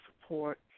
support